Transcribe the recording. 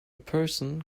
person